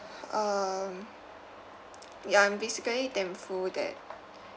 um ya I'm basically thankful that